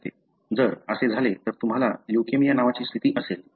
जर असे झाले तर तुम्हाला ल्युकेमिया नावाची स्थिती असेल बरोबर